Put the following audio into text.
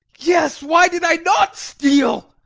yes, why did i not steal?